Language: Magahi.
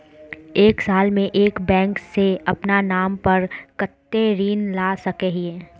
एक साल में हम बैंक से अपना नाम पर कते ऋण ला सके हिय?